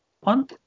One